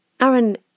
Aaron